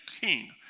king